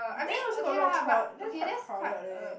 there also got a lot crowd there quite crowded leh